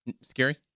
Scary